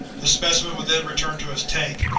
the specimen was then returned to its tank,